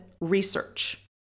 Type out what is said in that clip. research